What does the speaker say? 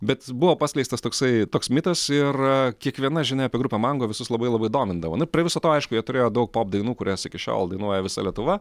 bet buvo paskleistas toksai toks mitas ir kiekviena žinia apie grupę mango visus labai labai domindavo na prie viso to aišku jie turėjo daug pop dainų kurias iki šiol dainuoja visa lietuva